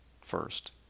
first